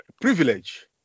privilege